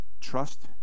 trust